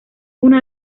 uno